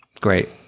great